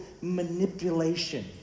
manipulation